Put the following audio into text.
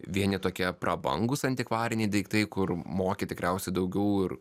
vieni tokie prabangūs antikvariniai daiktai kur moki tikriausiai daugiau ir